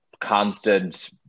constant